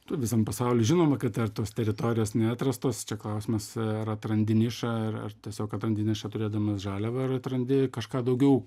tu visam pasaulyje žinoma kad dar tos teritorijos neatrastos čia klausimas ar atrandi nišą ar ar tiesiog atrandi nišą turėdamas žaliavą ar atrandi kažką daugiau